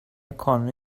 کانون